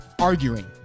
arguing